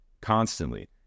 constantly